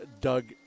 Doug